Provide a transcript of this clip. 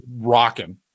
rocking